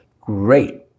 great